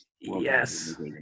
Yes